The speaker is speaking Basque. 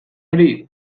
hori